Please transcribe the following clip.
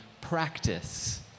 practice